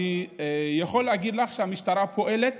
אני יכול להגיד לך שהמשטרה פועלת